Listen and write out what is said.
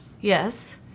Yes